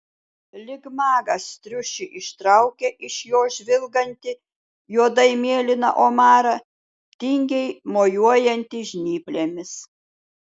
lyg magas triušį ištraukia iš jo žvilgantį juodai mėlyną omarą tingiai mojuojantį žnyplėmis